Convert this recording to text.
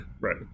Right